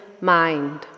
mind